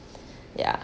ya